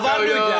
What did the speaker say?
עברנו את זה.